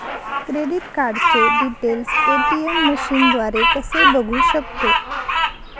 Credit कार्डचे details ATM मशीनद्वारे कसे बघू शकतो?